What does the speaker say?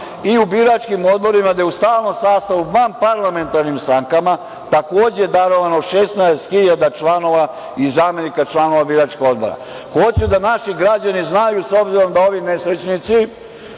i u biračkim odborima, gde je u stalnom sastavu, vanparlamentarnim strankama, takođe darovano 16 hiljada članova i zamenika članova biračkih odbora. Hoću da naši građani znaju, s obzirom da ovi nesrećnici